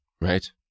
right